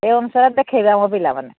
ସେଇ ଅନୁସାରେ ଦେଖେଇବେ ଆମ ପିଲାମାନେ